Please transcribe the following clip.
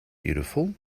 beautiful